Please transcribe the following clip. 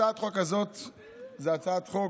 הצעת החוק